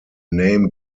name